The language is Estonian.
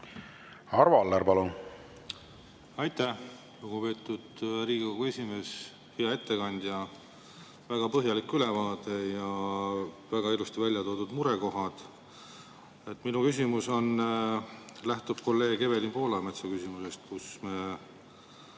Arvo Aller, palun! Aitäh, lugupeetud Riigikogu esimees! Hea ettekandja, väga põhjalik ülevaade ja väga ilusti välja toodud murekohad! Mu küsimus lähtub kolleeg Evelin Poolametsa küsimusest, kus